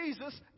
Jesus